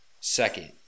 second